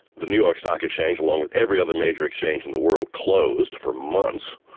the new york stock exchange, along with every other major exchange in the world, closed for months,